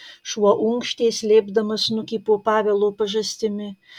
šuo unkštė slėpdamas snukį po pavelo pažastimi